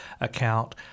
account